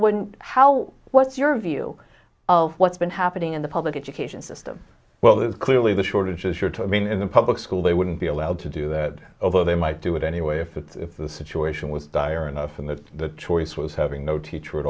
when how what's your view of what's been happening in the public education system well it's clearly the shortage is sure to mean in the public school they wouldn't be allowed to do that although they might do it anyway if it's the situation with dire enough and that the choice was having no teacher at